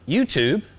YouTube